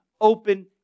open